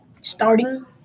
starting